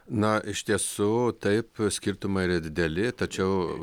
na iš tiesų taip skirtumai yra dideli tačiau